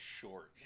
shorts